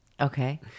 Okay